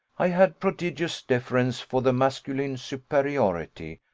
i had prodigious deference for the masculine superiority,